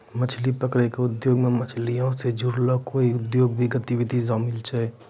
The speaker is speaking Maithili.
मछली पकरै के उद्योगो मे मछलीयो से जुड़लो कोइयो उद्योग या गतिविधि शामिल छै